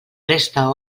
resta